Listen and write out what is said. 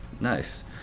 Nice